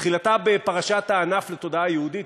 תחילתה בפרשת הענף לתודעה יהודית.